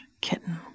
kitten